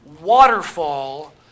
waterfall